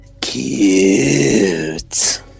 cute